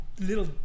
little